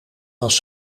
was